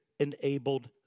Enabled